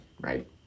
right